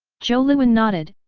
zhou liwen nodded,